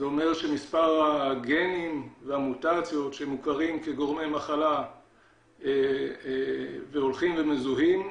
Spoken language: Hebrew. זה אומר שמספר הגנים והמוטציות שמוכרים כגורמי מחלה והולכים ומזוהים,